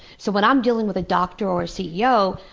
so when i'm dealing with a doctor or ceo,